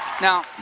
Now